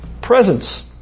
presence